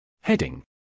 Heading